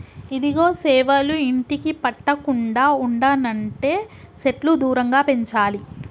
ఇదిగో సేవలు ఇంటికి పట్టకుండా ఉండనంటే సెట్లు దూరంగా పెంచాలి